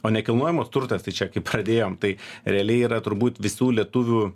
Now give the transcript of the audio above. o nekilnojamas turtas tai čia kai pradėjom tai realiai yra turbūt visų lietuvių